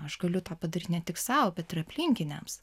aš galiu tą padaryt ne tik sau bet ir aplinkiniams